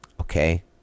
Okay